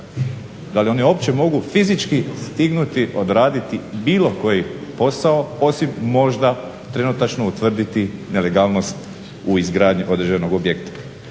da li oni uopće mogu fizički stignuti odraditi bilo koji posao osim možda trenutačno utvrditi nelegalnost u izgradnji određenog objekta.